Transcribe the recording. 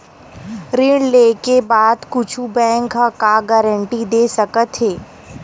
ऋण लेके बाद कुछु बैंक ह का गारेंटी दे सकत हे?